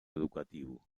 educativo